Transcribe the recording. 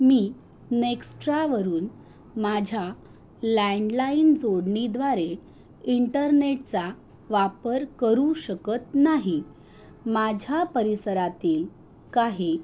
मी नेक्स्ट्रावरून माझ्या लँडलाईन जोडणीद्वारे इंटरनेटचा वापर करू शकत नाही माझ्या परिसरातील काही